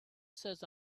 says